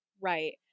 Right